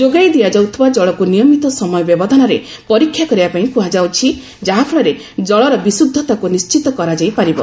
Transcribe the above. ଯୋଗାଇ ଦିଆଯାଉଥିବା ଜଳକୁ ନିୟମିତ ସମୟ ବ୍ୟବଧାନରେ ପରୀକ୍ଷା କରିବା ପାଇଁ କୁହାଯାଉଛି ଯାହାଫଳରେ ଜଳର ବିଶୁଦ୍ଧତାକୁ ନିଣ୍ଚିତ କରାଯାଇ ପାରିବ